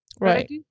Right